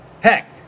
Heck